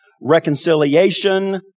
reconciliation